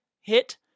hit